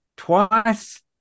twice